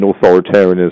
authoritarianism